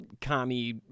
commie